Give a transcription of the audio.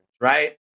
right